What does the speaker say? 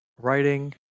writing